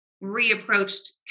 reapproached